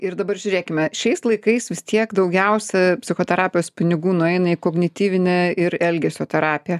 ir dabar žiūrėkime šiais laikais vis tiek daugiausia psichoterapijos pinigų nueina į kognityvinę ir elgesio terapiją